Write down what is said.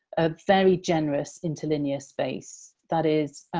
a very generous interlinear space that is